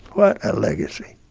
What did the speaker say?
what a legacy